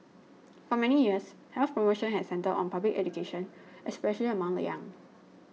for many years health promotion had centred on public education especially among the young